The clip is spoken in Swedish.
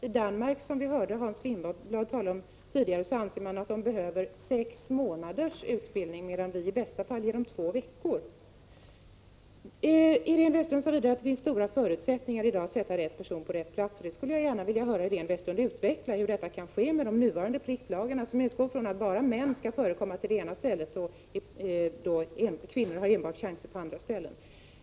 I Danmark, som vi hörde Hans Lindblad tala om tidigare, anser man att civilförsvarspersonalen behöver sex månaders utbildning, medan vii Sverige i bästa fall ger den två veckor. Iréne Vestlund sade vidare att det finns goda förutsättningar i dag att sätta rätt person på rätt plats. Jag skulle gärna vilja höra Iréne Vestlund utveckla hur det kan vara möjligt med de nuvarande pliktlagarna, som utgår ifrån att bara män skall förekomma på ena stället och att kvinnor har chansen bara på andra ställen.